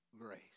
grace